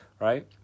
right